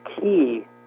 key